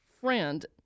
friend